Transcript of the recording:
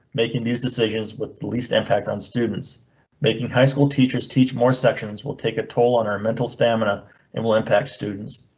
making these decisions with the least impact on students making high school teachers teach more sections will take a toll on our mental stamina and will impact students.